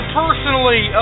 personally